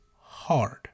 hard